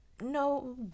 No